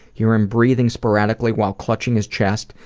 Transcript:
hear him breathing sporadically while clutching his chest,